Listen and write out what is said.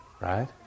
right